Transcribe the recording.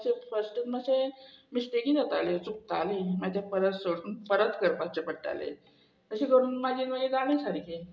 मातशें फस्ट मातशें मिस्टेकी जातालें चुकताली म्हाजे परत सोडून परत करपाचे पडटाले अशें करून म्हाजे मागीर जालें सारकें